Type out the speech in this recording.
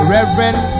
Reverend